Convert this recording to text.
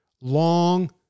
long